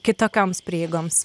kitokioms prieigoms